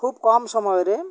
ଖୁବ କମ୍ ସମୟରେ